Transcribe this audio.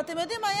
ואתם יודעים מה?